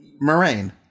moraine